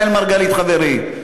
אראל מרגלית חברי: